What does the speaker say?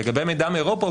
לגבי מידע מאירופה,